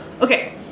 Okay